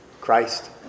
Christ